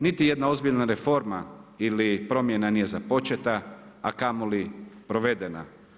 Niti jedna ozbiljna reforma ili promjena nije započeta, a kamoli provedena.